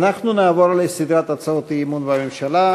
אנחנו נעבור לסדרת הצעות אי-אמון בממשלה.